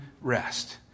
rest